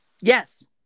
Yes